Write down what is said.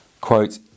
Quote